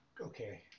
okay